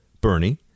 Bernie